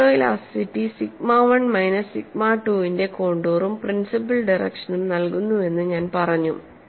photo elasticity sigma 1 minus sigma 2 ന്റെ കോൺടൂറും principal ഡിറക്ഷനും നൽകുന്നുവെന്ന് ഞാൻ പറഞ്ഞു